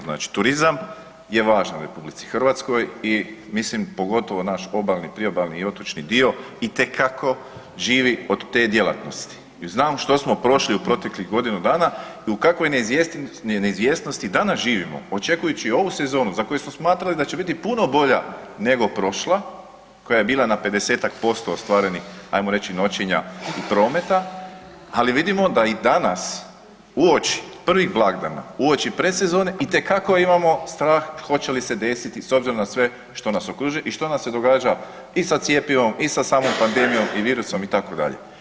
Znači turizam je važan RH i mislim pogotovo naš obalni, priobalni i otočni dio itekako živi od te djelatnosti jer znamo što smo prošli u proteklih godinu dana i u kakvoj neizvjesnosti danas živimo očekujući ovu sezonu za koju smo smatrali da će biti puno bolja nego prošla koja je bila na 50-tak posto ostvarenih ajmo reći noćenja i prometa, ali vidimo da i danas uoči prvih blagdana, uoči predsezone itekako imamo strah hoće li se desiti s obzirom na sve što nas okružuje i što nam se događa i sa cjepivom i sa samom pandemijom i virusom itd.